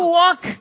walk